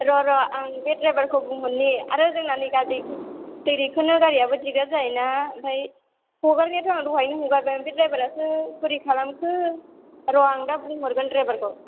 र' र' आं बे द्राइबारखौ बुंहरनि आरो जोंना नै गारि दै दैखोनो गारियाबो दिगदार जायो ना ओमफाय हगारनायाथ' आं दहायनो हगारदों बे द्राइबारासो बोरै खालामखो र' आं दा बुंहरगोन द्राइबारखौ